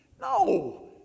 no